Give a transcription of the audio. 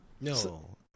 No